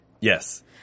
Yes